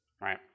Right